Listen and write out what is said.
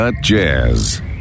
Jazz